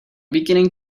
beginning